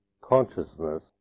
consciousness